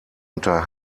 unter